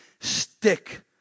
stick